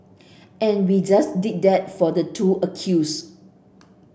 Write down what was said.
and we just did that for the two accused